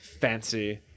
fancy